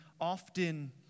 often